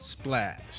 splash